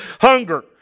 hunger